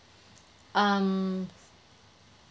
um